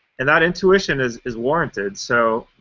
and that intuition is is warranted. so,